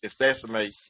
estimate